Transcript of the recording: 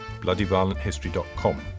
bloodyviolenthistory.com